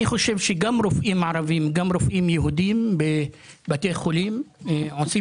אני חושב שגם רופאים ערבים וגם רופאים יהודים בבתי חולים נותנים